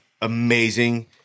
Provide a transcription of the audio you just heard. amazing